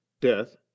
death